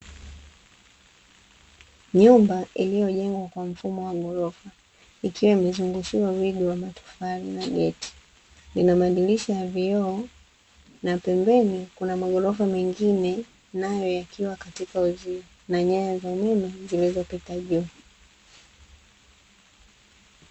Nyumba iliyojengwa kwa mfumo wa ghorofa, ikiwa imezungushiwa wigo wa matofali na geti. Ina madirisha ya vioo na pembeni kuna maghorofa mengine nayo yakiwa katika uzio, na nyaya za umeme zinazopita juu.